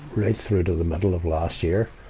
right through to the middle of last year.